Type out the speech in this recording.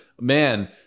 man